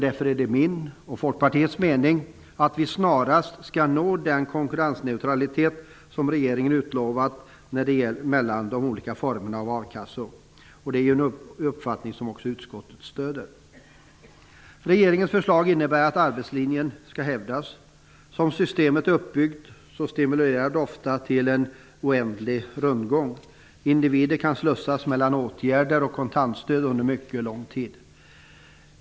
Därför är det min och Folkpartiets mening att vi snarast skall nå den konkurrensneutralitet som regeringen utlovat mellan de olika formerna av akassor. Det är en uppfattning som också utskottet stöder. Regeringens förslag innebär att arbetslinjen skall hävdas. Som systemet nu är uppbyggt stimulerar det ofta till en oändlig rundgång. Individer kan slussas mellan åtgärder och kontantstöd under mycket lång tid.